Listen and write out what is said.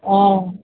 অঁ